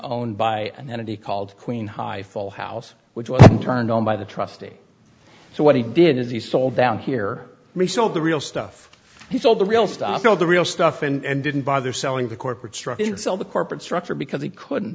owned by an entity called queen high full house which was turned on by the trustee so what he did is he sold down here resold the real stuff he sold the real stuff know the real stuff and didn't bother selling the corporate structure to sell the corporate structure because he couldn't